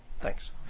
thanks